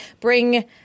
bring